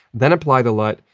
then apply the lut,